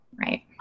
Right